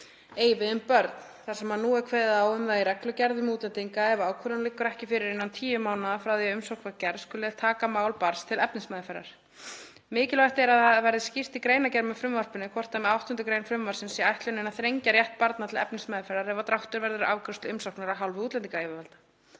við um börn þar sem nú er kveðið á um það í reglugerð um útlendinga að ef ákvörðun liggur ekki fyrir innan 10 mánaða frá því að umsókn var gerð skuli taka mál barns til efnismeðferðar. Mikilvægt er að það verði skýrt í greinargerð með frumvarpinu hvort með 8. grein frumvarpsins sé ætlunin að þrengja rétt barna til efnismeðferðar ef dráttur verður á afgreiðslu umsóknar af hálfu útlendingayfirvalda.“